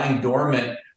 dormant